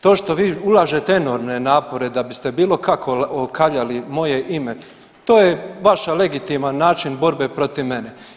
To što vi ulažete enormne napore da biste bilo kako okaljali moje ime to je vaš legitiman način borbe protiv mene.